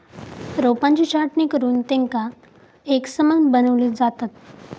रोपांची छाटणी करुन तेंका एकसमान बनवली जातत